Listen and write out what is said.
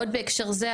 עוד בהקשר זה,